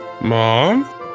Mom